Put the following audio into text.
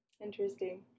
Interesting